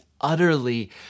utterly